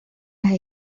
las